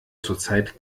zurzeit